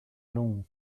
allons